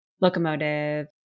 locomotive